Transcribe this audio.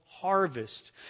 harvest